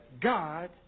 God